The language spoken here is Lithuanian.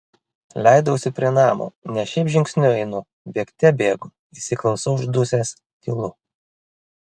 leidausi prie namo ne šiaip žingsniu einu bėgte bėgu įsiklausau uždusęs tylu